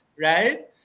right